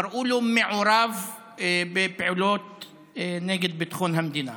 קראו לו "מעורב בפעולות נגד ביטחון המדינה",